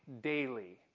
daily